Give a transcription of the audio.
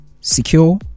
secure